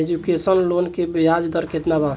Education loan के ब्याज दर केतना बा?